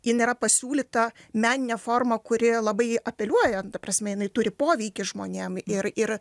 jin yra pasiūlyta menine forma kuri labai apeliuoja ta prasme jinai turi poveikį žmonėm ir ir